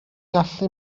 gallu